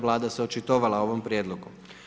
Vlada se očitovala o ovom prijedlogu.